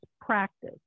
practice